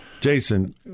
Jason